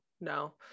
no